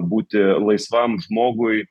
būti laisvam žmogui